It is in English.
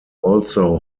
also